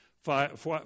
five